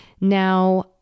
Now